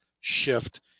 shift